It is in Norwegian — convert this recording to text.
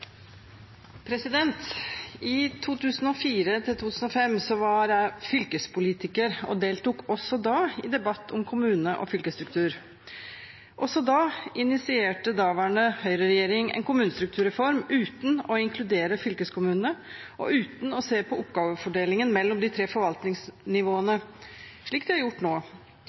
I 2004–2005 var jeg fylkespolitiker og deltok også da i debatt om kommune- og fylkesstruktur. Også da initierte daværende Høyre-regjering en kommunestrukturreform uten å inkludere fylkeskommunene og uten å se på oppgavefordelingen mellom de tre forvaltningsnivåene – slik de har gjort nå.